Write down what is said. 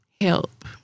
Help